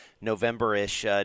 November-ish